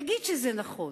נניח שזה נכון,